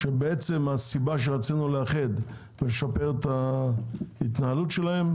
והסיבה שרצינו לאחד, לשפר את ההתנהלות שלהם